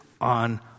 on